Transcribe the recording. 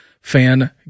Fan